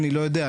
כי אני לא יודע.